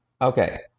okay